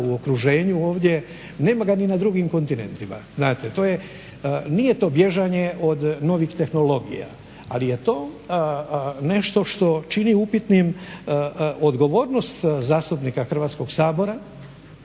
u okruženju ovdje. Nema ga ni na drugim kontinentima. Znate, to je. Nije to bježanje od novih tehnologija, ali je to nešto što čini upitnim odgovornost zastupnika Hrvatskog sabora